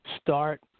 Start